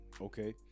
Okay